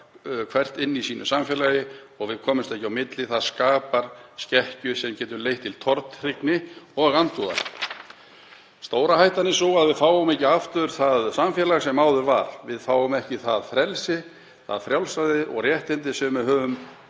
hvert inni í sínu samfélagi og við komumst ekki á milli, það skapar svona skekkju sem getur leitt til tortryggni og andúðar. […] Stóra hættan er sú að við fáum ekki aftur það samfélag sem var hér áður. Við fáum ekki það frelsi, það frjálsræði og réttindi sem við höfðum